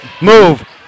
move